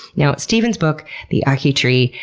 now stephen's book, the akee tree,